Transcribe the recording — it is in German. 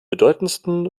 bedeutendsten